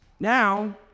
Now